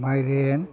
ꯃꯥꯏꯔꯦꯟ